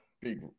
big